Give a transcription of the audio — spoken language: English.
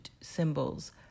symbols